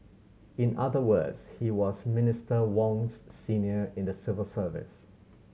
in other words he was Minister Wong's senior in the civil service